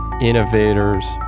innovators